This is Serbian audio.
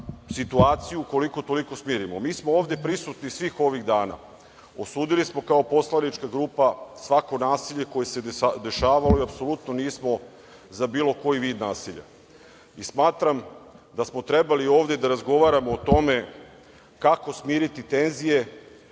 situaciju koliko, toliko smirimo. Mi smo ovde prisutni svi ovih dana. Osudili smo kao poslanička grupa svako nasilje koje se dešavalo i apsolutno nismo za bilo koji vid nasilja. Smatram da smo trebali ovde da razgovaramo o tome kako smiriti tenzije,